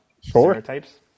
stereotypes